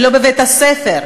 לא בבית-הספר,